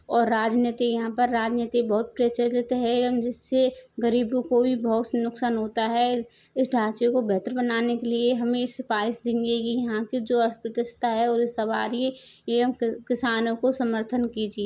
और राजनीति यहाँ पर राजनीति बहुत प्रचलित है एवं जिससे गरीबों को भी बहुत नुकसान होता है इस ढ़ाचे को बेहतर बनाने के लिए हमें सिफ़ारिस देंगे ये यहाँ कि जो अर्थव्यवस्था है और सवारी है यह हम किसानों को समर्थन कीजिए